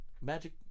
Magic